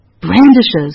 brandishes